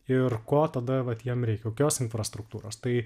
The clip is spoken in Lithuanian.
ir ko tada vat jiem reikia kokios infrastruktūros tai